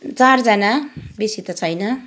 चारजना बेसी त छैन